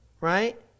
right